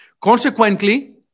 Consequently